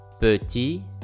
petit